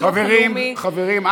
חברים,